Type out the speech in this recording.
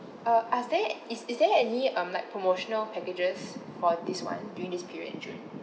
uh are there is is there any um like promotional packages for this [one] during this period in june